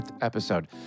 episode